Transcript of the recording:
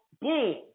boom